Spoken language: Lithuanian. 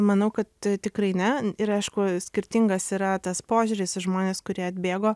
manau kad tikrai ne ir aišku skirtingas yra tas požiūris į žmones kurie atbėgo